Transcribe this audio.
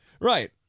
Right